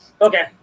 Okay